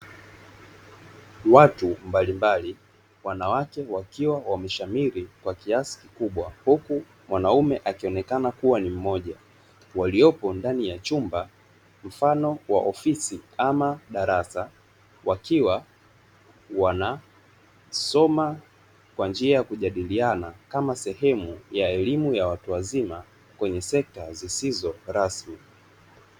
Watu mbalimbali wanawake wakiwa wameshamiri kwa kiasi kikubwa huku mwanaume akionekana kuwa ni mmoja waliopo ndani ya chumba mfano wa ofisi ama darasa, wakiwa wanasoma kwa njia ya kujadiliana kama sehemu ya elimu ya watu wazima kwenye sekta zisizo rasmi.